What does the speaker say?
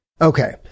Okay